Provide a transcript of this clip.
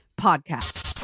Podcast